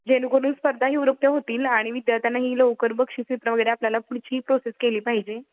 जेणेकरून स्पर्धा ही उरकत्या होतील आणि विद्यार्थ्यांनाही लवकर बक्षीसे वगैरे आपल्याला पुढचीही प्रोसेस केली पाहिजे